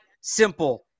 simple